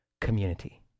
community